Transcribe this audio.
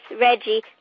Reggie